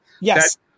Yes